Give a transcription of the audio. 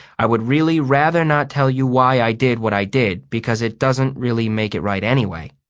i would really rather not tell you why i did what i did because it doesn't really make it right anyway.